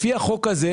לפי החוק הזה,